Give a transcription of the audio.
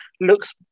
looks